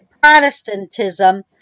Protestantism